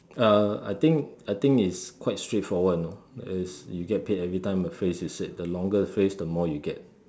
uh I think I think it's quite straightforward know is you get paid every time a phrase is said the longer the phrase the more you get